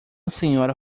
senhora